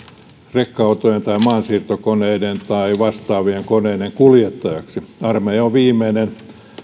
rekka autojen tai maansiirtokoneiden tai vastaavien koneiden kuljettajaksi armeija on